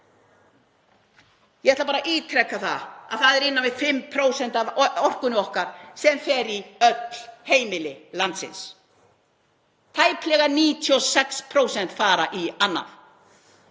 Ég ætla bara að ítreka það að það er innan við 5% af orkunni okkar sem fer í öll heimili landsins. Tæplega 96% fara í annað.